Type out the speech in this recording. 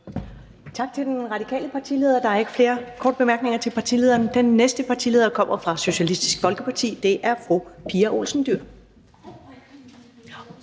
Tak til den radikale partileder. Der er ikke flere korte bemærkninger. Den næste partileder kommer fra Socialistisk Folkeparti, og det er fru Pia Olesen Dyhr